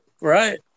Right